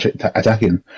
attacking